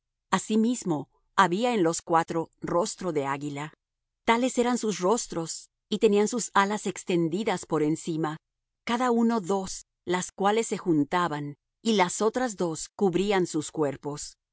asimismo había en los cuatro rostro de águila tales eran sus rostros y tenían sus alas extendidas por encima cada uno dos las cuales se juntaban y las otras dos cubrían sus cuerpos